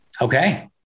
Okay